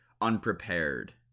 unprepared